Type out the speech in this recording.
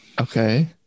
Okay